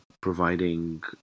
providing